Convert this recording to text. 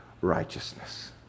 righteousness